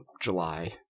July